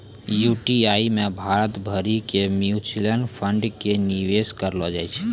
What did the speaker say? UTI मे भारत भरि के म्यूचुअल फंडो के निवेश करलो जाय छै